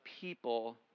people